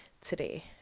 today